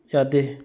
ꯌꯥꯗꯦ